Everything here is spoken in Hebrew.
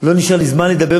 לא נשאר לי זמן לדבר,